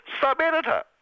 sub-editor